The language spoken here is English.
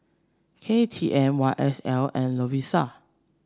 K T M Y S L and Lovisa